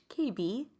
KB